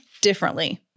differently